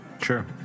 Sure